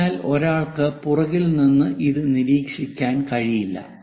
അതിനാൽ ഒരാൾക്ക് പുറകിൽ നിന്ന് ഇത് നിരീക്ഷിക്കാൻ കഴിയില്ല